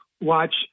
watch